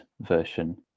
version